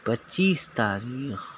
پچیس تاریخ